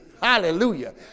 Hallelujah